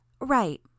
Right